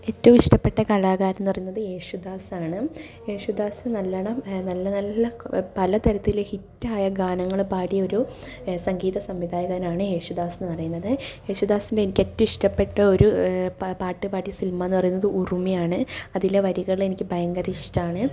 ഏറ്റവും ഇഷ്ടപ്പെട്ട കലാകാരൻ എന്ന് പറയുന്നത് യേശുദാസ് ആണ് യേശുദാസ് നല്ലവണ്ണം നല്ല നല്ല പലതരത്തിൽ ഹിറ്റ് ആയ ഗാനങ്ങൾ പാടിയൊരു സംഗീത സംവിധായകനാണ് യേശുദാസ് എന്ന് പറയുന്നത് യേശുദാസിൻ്റെ എനിക്ക് ഏറ്റവും ഇഷ്ടപ്പെട്ട ഒരു പാട്ട് പാടിയ ഫിലിം എന്ന് പറയുന്നത് ഉറുമിയാണ് അതിലെ വരികൾ എനിക്ക് ഭയങ്കര ഇഷ്ടമാണ്